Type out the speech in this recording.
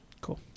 Cool